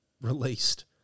released